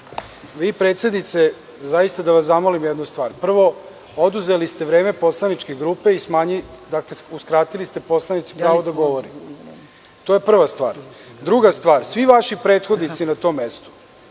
Vi predsednice, zaista, moram da vas zamolim jednu stvar. Prvo, oduzeli ste vreme poslaničke grupe. Dakle, uskratili ste poslanici pravo da govori. To je prva stvar. Druga stvar, svi vaši prethodnici na tom mestu